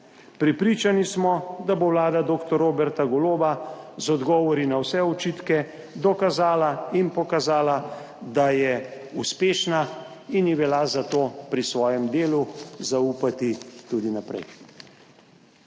Prepričani smo, da bo vlada dr. Roberta Goloba z odgovori na vse očitke dokazala in pokazala, da je uspešna in ji velja za to pri svojem delu zaupati tudi naprej.